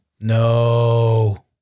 No